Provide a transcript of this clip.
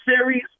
series